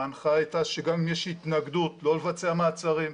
ההנחיה הייתה שגם אם יש התנגדות לא לבצע מעצרים.